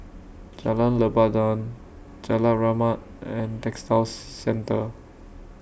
Jalan Lebat Daun Jalan Rahmat and Textile Centre